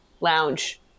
lounge